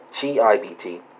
G-I-B-T